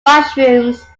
mushrooms